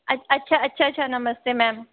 अच्छा अच्छा अच्छा नमस्ते मेम